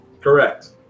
correct